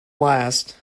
last